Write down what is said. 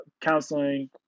counseling